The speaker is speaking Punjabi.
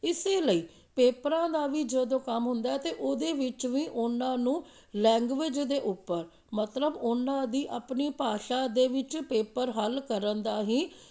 ਇਸੇ ਲਈ ਪੇਪਰਾਂ ਦਾ ਵੀ ਜਦੋਂ ਕੰਮ ਹੁੰਦਾ ਅਤੇ ਉਹਦੇ ਵਿੱਚ ਵੀ ਉਹਨਾਂ ਨੂੰ ਲੈਂਗੁਏਜ ਦੇ ਉੱਪਰ ਮਤਲਬ ਉਹਨਾਂ ਦੀ ਆਪਣੀ ਭਾਸ਼ਾ ਦੇ ਵਿੱਚ ਪੇਪਰ ਹੱਲ ਕਰਨ ਦਾ ਹੀ